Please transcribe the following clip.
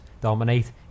dominate